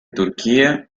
turquía